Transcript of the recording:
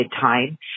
time